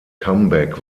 comeback